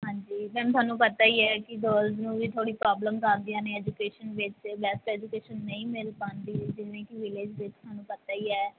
ਹਾਂਜੀ ਮੈਮ ਤੁਹਾਨੂੰ ਪਤਾ ਹੀ ਹੈ ਕਿ ਗਰਲਜ ਨੂੰ ਵੀ ਥੋੜ੍ਹੀ ਪ੍ਰੋਬਲਮਸ ਆਉਂਦੀਆਂ ਨੇ ਐਜੂਕੇਸ਼ਨ ਵਿੱਚ ਬੈਸਟ ਐਜੂਕੇਸ਼ਨ ਨਹੀਂ ਮਿਲ ਪਾਉਂਦੀ ਜਿਵੇਂ ਕਿ ਵਿਲੇਜ ਵਿੱਚ ਤੁਹਾਨੂੰ ਪਤਾ ਹੀ ਹੈ